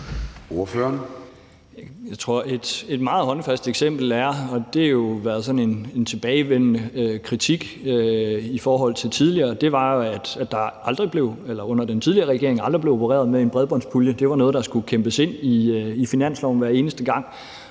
Pedersen (V): Jeg tror, der er et meget håndfast eksempel. Der har jo været sådan en tilbagevendende kritik i forhold til tidligere, og det var jo, at der under den tidligere regering aldrig blev opereret med en bredbåndspulje, og at det var noget, der skulle kæmpes ind i finansloven hver eneste gang,